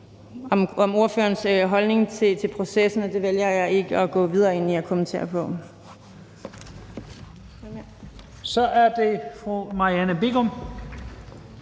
om ordførerens holdning til processen, og det vælger jeg ikke at gå videre ind i og kommentere på. Kl. 11:32 Første